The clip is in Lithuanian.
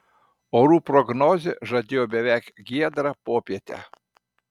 orų prognozė žadėjo beveik giedrą popietę